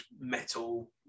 metal